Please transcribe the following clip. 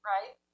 Right